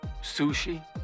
sushi